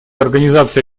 организации